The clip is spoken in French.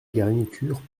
garniture